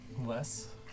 less